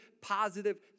positive